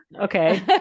Okay